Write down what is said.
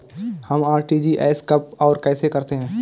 हम आर.टी.जी.एस कब और कैसे करते हैं?